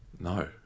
No